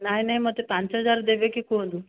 ନାହିଁ ନାହିଁ ମୋତେ ପାଞ୍ଚ ହଜାର ଦେବେକି କୁହନ୍ତୁ